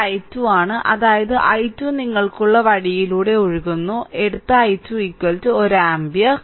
ഇത് i2 ആണ് അതായത് i2 നിങ്ങൾക്കുള്ള വഴിയിലൂടെ ഒഴുകുന്നു എടുത്ത i2 1 ആമ്പിയർ